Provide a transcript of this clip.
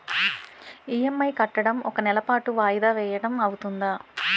EMI కట్టడం ఒక నెల పాటు వాయిదా వేయటం అవ్తుందా?